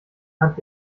hand